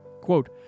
Quote